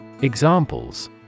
Examples